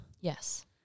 Yes